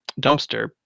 dumpster